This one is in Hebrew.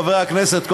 חברי הכנסת,